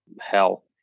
hell